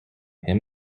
him